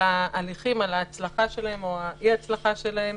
ההליכים על ההצלחה שלהם או על אי-הצלחה שלהם.